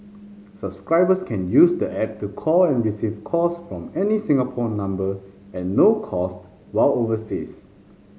subscribers can use the app to call and receive calls from any Singapore number at no cost while overseas